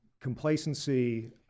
complacency